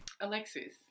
Alexis